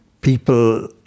people